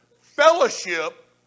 Fellowship